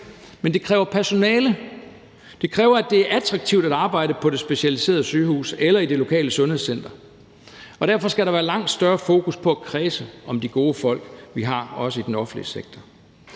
Men det kræver personale. Det kræver, at det er attraktivt at arbejde på det specialiserede sygehus eller i det lokale sundhedscenter. Derfor skal der være langt større fokus på at kræse om de gode folk, vi har, også i den offentlige sektor.